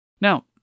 Now